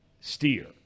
Steer